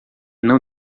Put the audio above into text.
não